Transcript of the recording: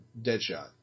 Deadshot